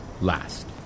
last